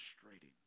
frustrating